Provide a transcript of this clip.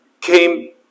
came